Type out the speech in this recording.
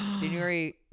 January